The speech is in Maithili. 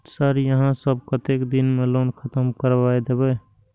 सर यहाँ सब कतेक दिन में लोन खत्म करबाए देबे?